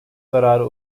zarara